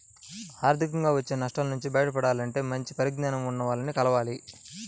ఆర్థికంగా వచ్చే నష్టాల నుంచి బయటపడాలంటే మంచి పరిజ్ఞానం ఉన్నోల్లని కలవాలి